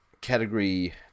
Category